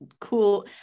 cool